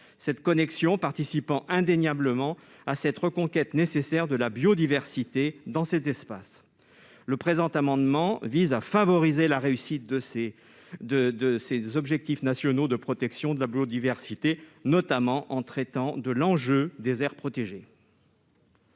cette connexion participe indéniablement à la nécessaire reconquête de la biodiversité dans ces espaces. Le présent amendement vise donc à favoriser la réussite de nos objectifs nationaux de protection de la biodiversité, notamment en traitant de l'enjeu des aires protégées.